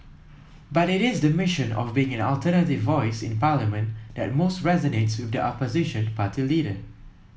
but it is the mission of being an alternative voice in Parliament that most resonates with the opposition party leader